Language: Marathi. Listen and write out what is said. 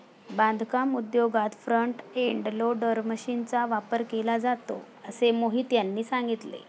बांधकाम उद्योगात फ्रंट एंड लोडर मशीनचा वापर केला जातो असे मोहित यांनी सांगितले